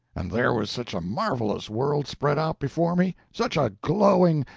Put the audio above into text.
and there was such a marvellous world spread out before me such a glowing,